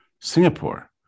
Singapore